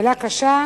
מלה קשה,